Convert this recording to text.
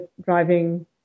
driving